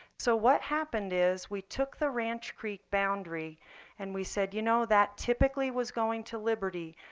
so what happened is we took the ranch creek boundary and we said, you know that typically was going to liberty.